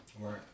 Right